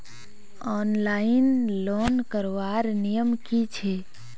Online loan करवार नियम की छे?